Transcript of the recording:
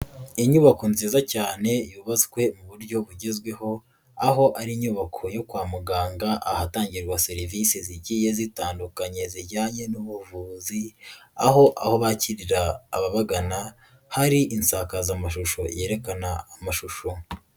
Inyubako nziza cyane yubatswe mu buryo bugezweho, aho ari inyubako yo kwa muganga ahatangirwa serivisi zigiye zitandukanye zijyanye n'ubuvuzi, aho bakirira ababagana, hari insakazamashusho yerekana amashusho.